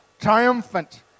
triumphant